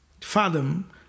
fathom